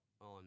on